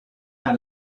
how